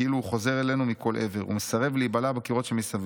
כאילו הוא חוזר אלינו מכל עבר ומסרב להיבלע בקירות שמסביב: